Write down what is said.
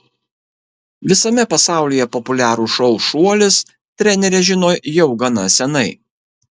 visame pasaulyje populiarų šou šuolis trenerė žino jau gana seniai